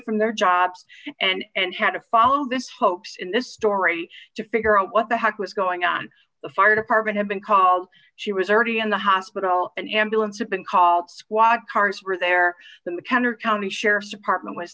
from their jobs and had to follow this hoax in this story to figure out what the heck was going on the fire department had been called she was already in the hospital an ambulance had been called squad cars were there in the counter county sheriff's department was